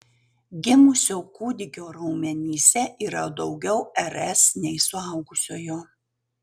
gimusio kūdikio raumenyse yra daugiau rs nei suaugusiojo